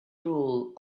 rule